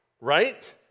right